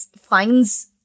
finds